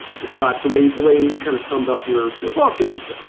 describes the way the way he kind of summed up your your book is